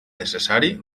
necessari